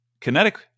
kinetic